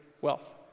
wealth